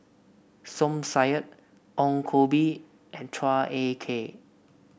Som Said Ong Koh Bee and Chua Ek Kay